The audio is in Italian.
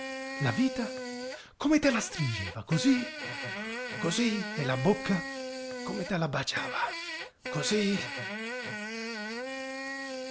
la vita come te la stringeva cosí cosí e la bocca come te la baciava cosí